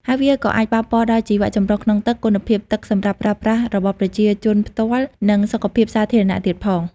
ហើយវាក៏អាចប៉ះពាល់ដល់ជីវៈចម្រុះក្នុងទឹក គុណភាពទឹកសម្រាប់ប្រើប្រាស់របស់ប្រជាជនផ្ទាល់ និងសុខភាពសាធារណៈទៀតផង។